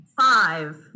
five